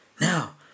Now